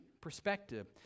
perspective